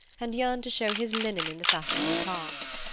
and yearned to show his linen in the fashionable parks.